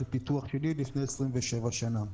זה פיתוח שלי לפני 27 שנים.